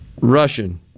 Russian